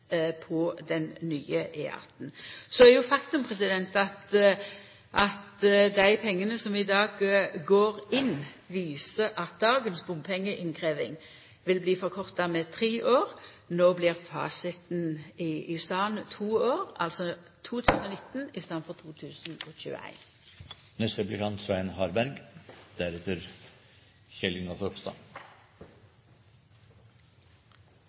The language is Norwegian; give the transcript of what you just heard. på den nye E18. Så er jo faktum at dei pengane som i dag går inn, viser at dagens bompengeinnkrevjing vil bli forkorta med tre år. No blir fasiten i staden to år – altså 2019 i staden for